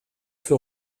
für